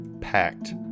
packed